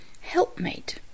helpmate